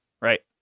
right